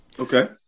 okay